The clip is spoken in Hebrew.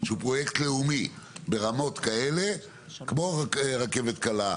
שהוא פרויקט לאומי ברמות כאלה כמו הרכבת הקלה,